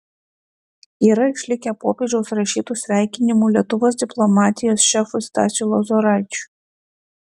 yra išlikę popiežiaus rašytų sveikinimų lietuvos diplomatijos šefui stasiui lozoraičiui